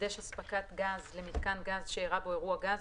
חידש הספקת הגז למיתקן גז שאירע בו אירוע גז,